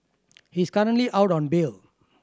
he is currently out on bail